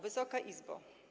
Wysoka Izbo!